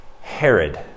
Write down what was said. Herod